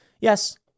Yes